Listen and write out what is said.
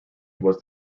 was